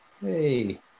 Hey